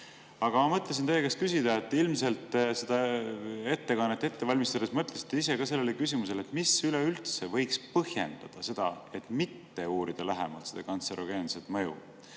ma mõtlesin teie käest küsida, et ilmselt seda ettekannet ette valmistades mõtlesite ka sellele küsimusele, mis üleüldse võiks põhjendada seda, et mitte uurida lähemalt seda kantserogeenset mõju.